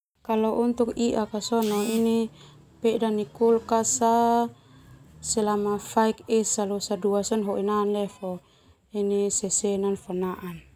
Iak peda nai kulkas selama faik esa losa dua sona hoi na leo do sesena.